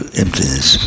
emptiness